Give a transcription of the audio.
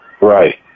Right